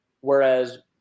whereas